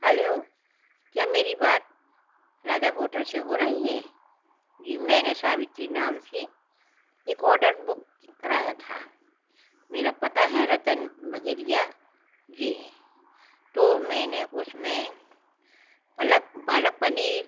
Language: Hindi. हैलो क्या मेरी बात राजा होटल से हो रही हे जी मैंने सावित्री नाम से एक ऑर्डर बुक कराया था मेरा पता है रतन बजरिया जी तो मैंने उसमें पलक पालक पनीर